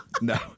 no